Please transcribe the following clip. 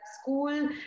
school